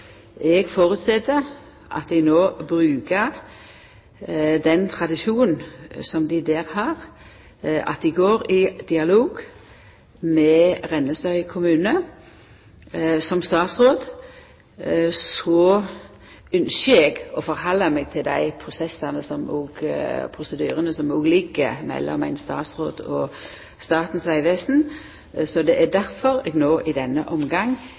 Eg føreset at ein no brukar den tradisjonen som dei har, og at dei går i dialog med Rennesøy kommune. Som statsråd ynskjer eg å halda meg til dei prosessane og prosedyrane som ligg der mellom ein statsråd og Statens vegvesen. Det er difor eg no i denne